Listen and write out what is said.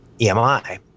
EMI